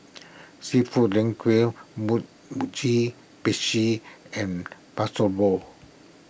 Seafood Linguine Mugi and